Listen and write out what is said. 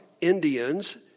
Indians